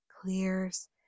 clears